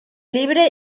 libre